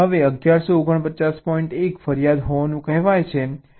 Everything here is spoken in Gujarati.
1 ફરિયાદ હોવાનું કહેવાય છે તે તૈયાર થઈ શકે છે